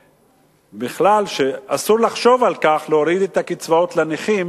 בכלל, אסור לחשוב על הורדת הקצבאות לנכים